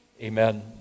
Amen